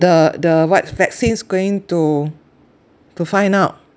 the the whats vaccines going to to find out